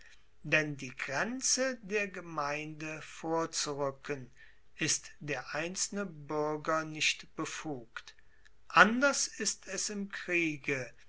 denn die grenze der gemeinde vorzuruecken ist der einzelne buerger nicht befugt anders ist es im kriege